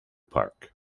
park